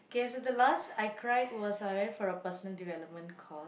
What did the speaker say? okay so the last I cried was I went for a personal development course